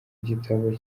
gitabo